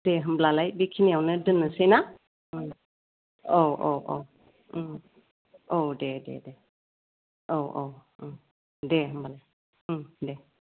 दे होमब्लालाय बेखिनियावनो दोननोसै ना औ औ औ औ दे दे दे औ औ दे होमब्लालाय दे